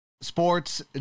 Sports